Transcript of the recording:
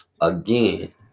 again